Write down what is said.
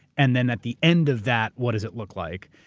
and then at the end of that, what does it look like?